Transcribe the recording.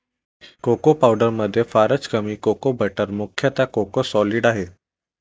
cocoa पावडरमध्ये फारच कमी कोको बटर मुख्यतः कोको सॉलिड आहे